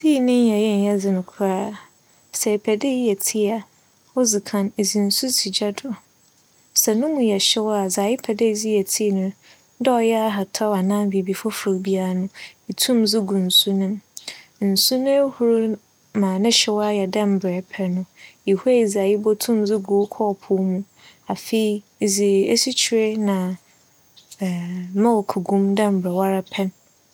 Tii ne nyɛe nnyɛ dzen koraa. Sɛ epɛ dɛ eyɛ tea a odzi kan, edze nsu si gya do, sɛ no mu yɛ hyew a, dza epɛ dɛ edze yɛ tii no, dɛ ͻyɛ ahataw anaa biribi fofor biaa no itum dze gu nsu no mu. Nsu no ehur ma ne hyew ayɛ dɛ mbrɛ epɛ no, ihuei dza ibotum dze gu wo kͻͻpow mu. Afei, edze esikyire na milk gu mu dɛ mbrɛ woara pɛ no.